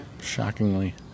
shockingly